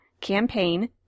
Campaign